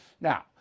Now